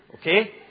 Okay